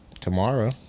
tomorrow